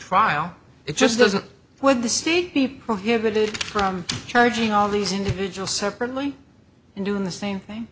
trial it just doesn't when the state be prohibited from charging all these individual separately and doing the same